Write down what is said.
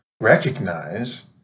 recognize